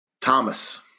Thomas